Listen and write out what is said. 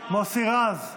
מוסי רז,